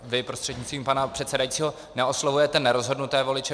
Vy prostřednictvím pana předsedajícího neoslovujete nerozhodnuté voliče.